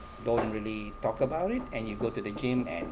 don't really talk about it and you go to the gym and